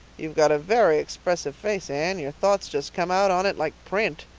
you've got a very expressive face, anne your thoughts just come out on it like print.